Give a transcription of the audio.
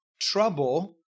trouble